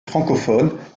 francophone